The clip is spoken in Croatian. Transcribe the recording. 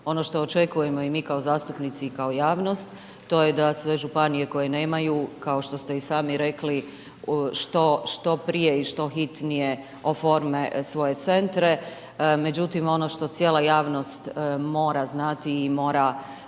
Ono što očekujemo i mi kao zastupnici i kao javnost, to je da sve županije koje nemaju, kao što ste i sami rekli, što prije i što hitnije oforme svoje centre. Međutim, ono što cijela javnost mora znati i mora